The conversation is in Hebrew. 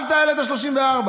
אל תעלה את ה-34.